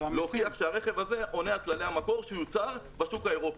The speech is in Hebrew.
להוכיח שהרכב הזה עונה על כללי המקור שיוצר בשוק האירופי,